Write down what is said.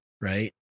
right